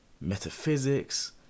metaphysics